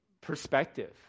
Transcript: perspective